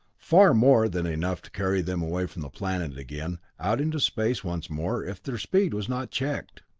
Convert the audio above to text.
far more than enough to carry them away from the planet again, out into space once more if their speed was not checked.